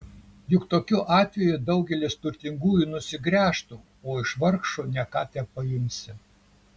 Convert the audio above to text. juk tokiu atveju daugelis turtingųjų nusigręžtų o iš vargšų ne ką tepaimsi